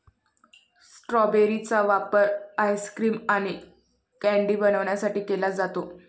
strawberry चा वापर ice cream आणि कँडी बनवण्यासाठी केला जातो